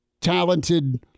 talented